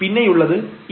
പിന്നെയുള്ളത് e